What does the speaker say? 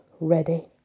ready